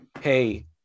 Hey